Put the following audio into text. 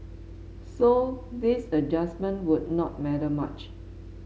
so this adjustment would not matter much